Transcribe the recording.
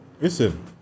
Listen